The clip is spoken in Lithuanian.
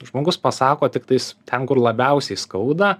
žmogus pasako tiktais ten kur labiausiai skauda